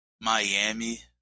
Miami